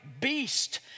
beast